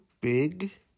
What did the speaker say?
big